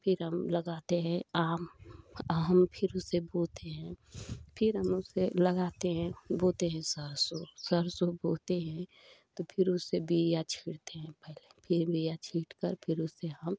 फ़िर हम लगाते हैं आम आम फ़िर उसे बोते हैं फ़िर उसे हम लगाते हैं बोते है सरसों सरसों बोते हैं तो फ़िर उसे बिया छिलते हैं पहले फ़िर बिया छीलकर फ़िर उसे हम